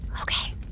Okay